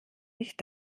nicht